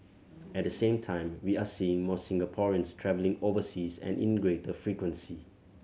at the same time we are seeing more Singaporeans travelling overseas and in greater frequency